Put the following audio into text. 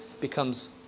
becomes